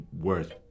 worth